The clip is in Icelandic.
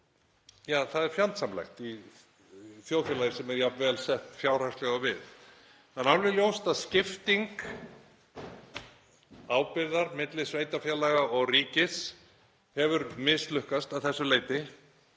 eða öðru er fjandsamlegt í þjóðfélagi sem er jafn vel sett fjárhagslega og við. Það er alveg ljóst að skipting ábyrgðar milli sveitarfélaga og ríkis hefur mislukkast að þessu leyti.